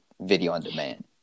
video-on-demand